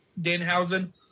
Danhausen